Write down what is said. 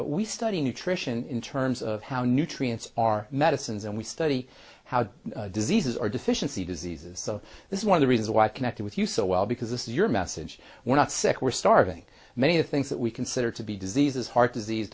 but we study nutrition in terms of how nutrients are medicines and we study how diseases are deficiency diseases so this is one of the reasons why i connected with you so well because this is your message we're not sick we're starving many things that we consider to be diseases heart disease